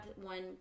one